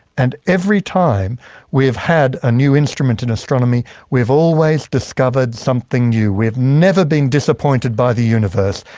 and every time we have had a new instrument in astronomy we've always discovered something new. we've never been disappointed by the universe.